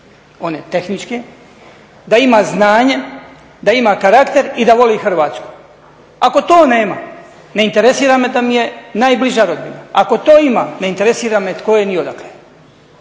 one tehničke, da ima znanje, da ima karakter i da voli Hrvatsku. Ako to nema ne interesira me da mi je najbliža rodbina. Ako to ima ne interesiram me tko je ni odakle.